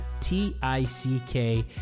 t-i-c-k